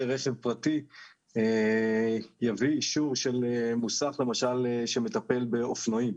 רכב פרטי יביא אישור של מוסך למשל שמטפל באופנועים.